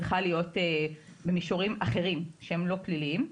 צריכה להיות במישורים אחרים שהם לא פליליים.